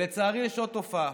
לצערי יש עוד תופעה.